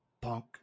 punk